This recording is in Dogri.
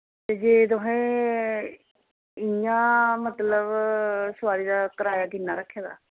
ते जे तुसैं इयां मतलब सोआरी दा कराया किन्ना रक्खे दा